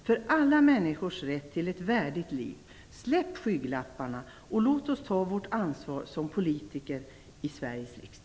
För alla människors rätt till ett värdigt liv: Släpp skygglapparna och låt oss ta vårt ansvar som politiker i Sveriges rikdsdag!